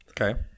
okay